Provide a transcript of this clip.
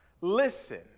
Listen